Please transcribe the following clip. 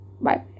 Bye